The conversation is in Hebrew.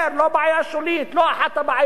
לא בעיה שולית, לא אחת הבעיות.